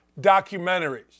documentaries